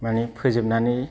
माने फोजोबनानै